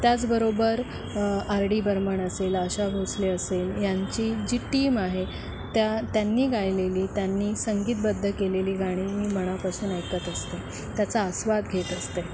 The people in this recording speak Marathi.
त्याचबरोबर आर डी बर्मन असेल आशा भोसले असे यांची जी टीम आहे त्या त्यांनी गायलेली त्यांनी संगीतबद्ध केलेली गाणी मी मनापासून ऐकत असते त्याचा आस्वाद घेत असते